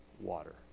water